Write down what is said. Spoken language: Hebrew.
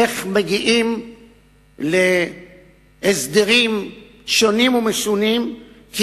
איך מגיעים להסדרים שונים ומשונים כי